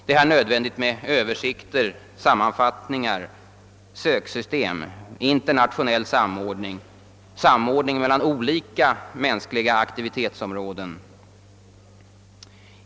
Det är nödvändigt med översikter, sammanfattningar, söksystem, internationell samordning, samordning mellan olika mänskliga aktivitetsområden.